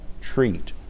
treat